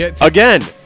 Again